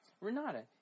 Renata